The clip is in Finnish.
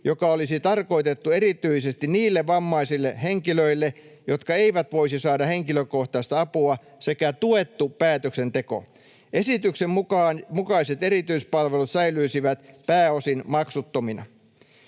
joka olisi tarkoitettu erityisesti niille vammaisille henkilöille, jotka eivät voisi saada henkilökohtaista apua, sekä tuettu päätöksenteko. Esityksen mukaiset erityispalvelut säilyisivät pääosin maksuttomina.